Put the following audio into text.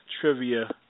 Trivia